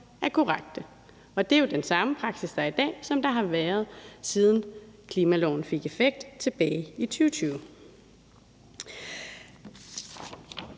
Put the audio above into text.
er korrekt. Og det er jo den samme praksis, der er i dag, som der har været, siden klimaloven fik effekt tilbage i 2020.